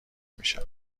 میشویم